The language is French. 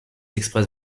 express